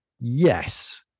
yes